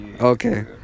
Okay